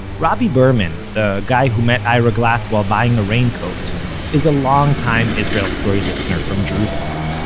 robby berman the guy who met ira glass while buying a raincoat is a long time israel story listener from jerusalem.